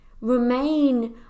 remain